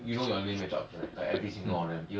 like what you want to do about him dude